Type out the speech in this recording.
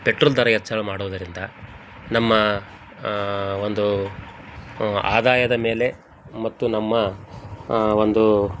petrol ದರ ಹೆಚ್ಚಳ ಮಾಡುವುದರಿಂದ ನಮ್ಮ ಒಂದು ಆದಾಯದ ಮೇಲೆ ಮತ್ತು ನಮ್ಮ ಒಂದು